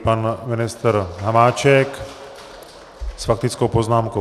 Pan ministr Hamáček s faktickou poznámkou.